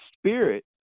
spirit